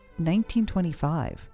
1925